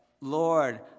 Lord